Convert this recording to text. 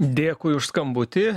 dėkui už skambutį